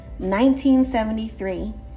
1973